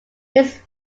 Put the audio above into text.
his